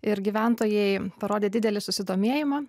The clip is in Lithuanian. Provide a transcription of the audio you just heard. ir gyventojai parodė didelį susidomėjimą